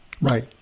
Right